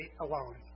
alone